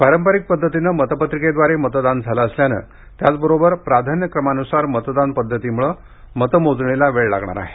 पारंपरिक पद्धतीनं मतपत्रिकेद्वारे मतदान झालं असल्यानं त्याचबरोबर प्राधान्यक्रमानुसार मतदान पद्धतीमुळं मतमोजणीला वेळ लागणार आहे